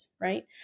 right